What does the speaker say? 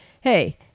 hey